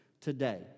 today